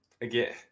Again